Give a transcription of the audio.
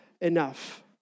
enough